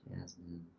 Jasmine